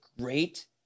great